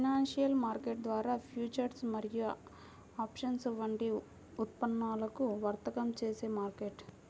financial market ద్వారా futures మరియు options వంటి ఉత్పన్నాలను వర్తకం చేసే మార్కెట్